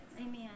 Amen